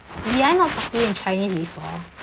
did I not talk to you in chinese before